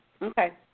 Okay